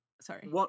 Sorry